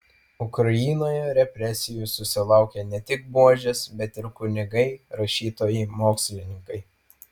ukrainoje represijų susilaukė ne tik buožės bet ir kunigai rašytojai mokslininkai